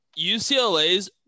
UCLA's